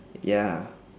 ya